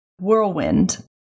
Whirlwind